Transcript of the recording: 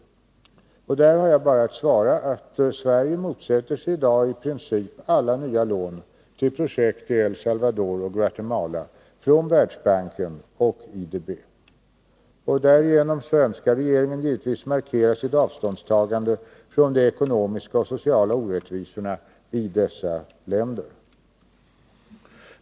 Där ä a sE RNE rr = Om ökat stöd till har jag bara att svara att Sverige motsätter sig i dag i princip alla nya lån till befrielserörelserna projekt i El Salvador och Guatemala från Världsbanken och IDB. ; El Salvador och Därigenom har svenska regeringen givetvis markerat sitt avståndstagande Guatemala från de ekonomiska och sociala orättvisorna i dessa länder.